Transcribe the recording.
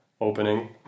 opening